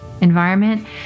environment